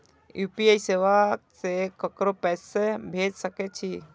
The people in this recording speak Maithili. यू.पी.आई सेवा से ककरो पैसा भेज सके छी?